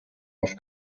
auf